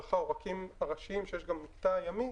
ההולכה זה עורקים ראשיים שיש גם במקטע הימי,